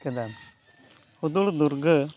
ᱠᱮᱫᱟ ᱦᱩᱫᱩᱲ ᱫᱩᱨᱜᱟᱹ